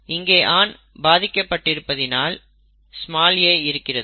இங்கே ஆண் பாதிக்கப்பட்டிருப்பதினால் a இருக்கிறது